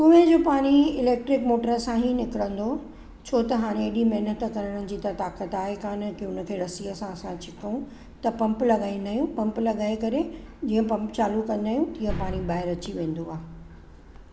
कुएं जो पानी इलैक्ट्रिक मोटर सां ई निकिरंदो छो त हाणे हेॾी महिनत करण जी त ताक़त आहे कान के उन खे रस्सीअ सां असां छिकिऊं त पंप लॻाईंदा आहियूं पंप लॻाए करे जीअं पंप चालू कंदा आहियूं तीअं पाणी ॿाहिरि अची वेंदो आहे